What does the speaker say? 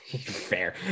Fair